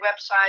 website